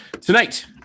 Tonight